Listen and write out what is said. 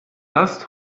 last